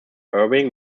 irving